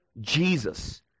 Jesus